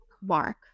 mark